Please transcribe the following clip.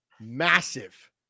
massive